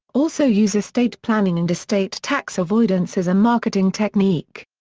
also use estate planning and estate tax avoidance as a marketing technique.